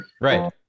Right